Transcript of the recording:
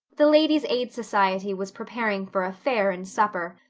the ladies' aid society was preparing for a fair and supper,